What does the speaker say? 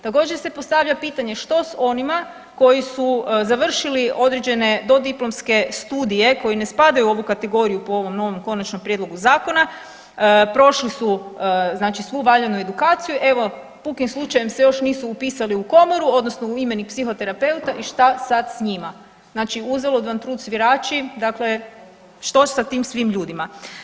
Također se postavlja pitanje što s onima koji su završili određene dodiplomske studije koji ne spadaju u ovu kategoriju po ovom novom konačnom prijedlogu zakona, prošli su znači svu valjanu edukaciju, evo pukim slučajem se još nisu upisali u komoru odnosno u imenik psihoterapeuta i šta sad s njima, znači uzalud vam trud svirači, dakle što sa svim tim ljudima?